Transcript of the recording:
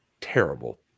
terrible